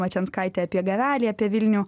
mačianskaitė apie gavelį apie vilnių